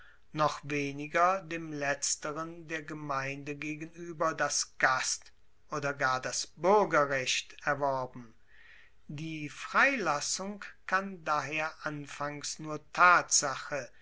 noch weniger dem letzteren der gemeinde gegenueber das gast oder gar das buergerrecht erworben die freilassung kann daher anfangs nur tatsache